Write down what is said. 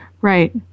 Right